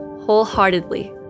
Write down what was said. wholeheartedly